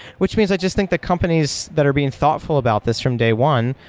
which means i just think that companies that are being thoughtful about this from day one,